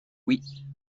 oui